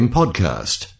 podcast